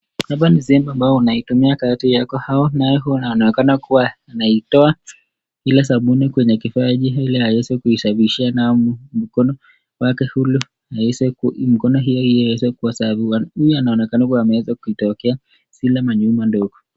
Hapa ni sehemu ambao unaitumia kati ya kahawa nayo unaonekana kuwa anaitoa ile sabuni kwenye kipaji ili aweze ku safishia nayo mikono wake hulu ile mikono hiyo iweze kuwa safi. Uyu ana onekana ana weza kuwa anaweza kuitokea zile manyumba ndogo.